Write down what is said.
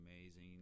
amazing